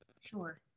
sure